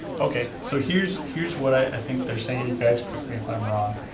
okay, so here's here's what i think they're saying, guys, correct me if i'm wrong.